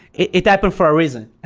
it it happened for a reason.